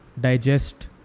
digest